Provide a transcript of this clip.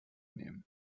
nehmen